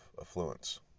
affluence